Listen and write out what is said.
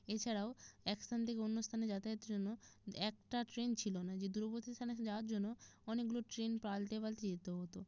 এছাড়াও এক স্থান থেকে অন্য স্থানে যাতায়াতের জন্য একটা ট্রেন ছিল না যে দূরবর্তী স্থান যাওয়ার জন্য অনেকগুলো ট্রেন পালটে পালটে যেতে হতো